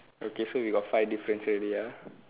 okay so we got five differences already ah